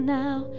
now